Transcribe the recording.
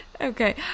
Okay